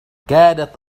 كادت